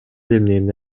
эмнени